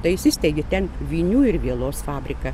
tai jis įsisteigė ten vinių ir vielos fabriką